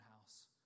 house